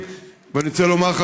אני רוצה לומר לך,